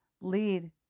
lead